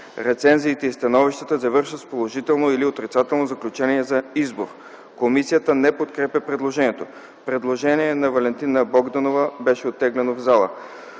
Рецензиите и становищата завършват с положително или отрицателно заключение за избор." Комисията не подкрепя предложението. Предложението на Валентина Богданова беше оттеглено в залата.